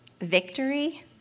victory